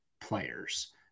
players